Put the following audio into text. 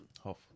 Hof